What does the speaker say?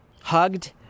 hugged